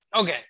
okay